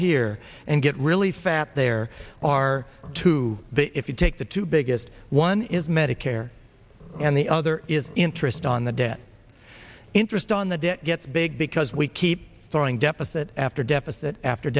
here and get really fat there are to the if you take the two biggest one is medicare and the other is interest on the debt interest on the debt gets big because we keep throwing deficit after deficit after